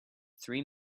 three